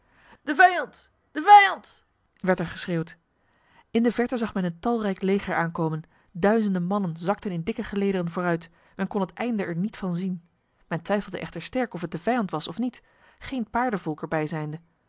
de vijand de vijand werd er geschreeuwd in de verte zag men een talrijk leger aankomen duizenden mannen zakten in dikke gelederen vooruit men kon het einde er niet van zien men twijfelde echter sterk of het de vijand was of niet geen paardenvolk erbij zijnde